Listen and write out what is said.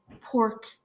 pork –